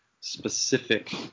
specific